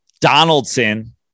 Donaldson